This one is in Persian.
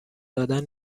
دادن